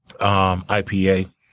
IPA